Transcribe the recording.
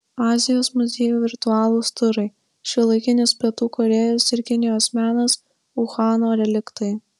azijos muziejų virtualūs turai šiuolaikinis pietų korėjos ir kinijos menas uhano reliktai